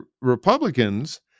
Republicans